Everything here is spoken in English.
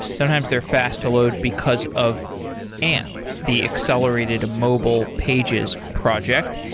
sometimes they're fast to load because of amp, the accelerated mobile pages project.